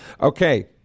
Okay